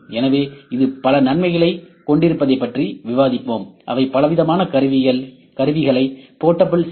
எனவே இது பல நன்மைகளைக் கொண்டிருப்பதைப் பற்றி விவாதிப்போம் அவை பலவிதமான கருவிகளை போர்ட்டபிள் சி